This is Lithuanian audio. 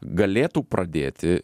galėtų pradėti